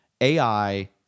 AI